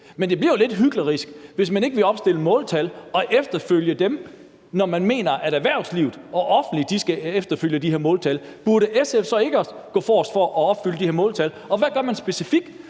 Men det bliver jo lidt hyklerisk, hvis man ikke vil opstille måltal og følge dem, når man mener, at erhvervslivet og det offentlige skal følge de her måltal. Burde SF så ikke gå forrest med at opfylde de her måltal? Og hvad gør man specifikt,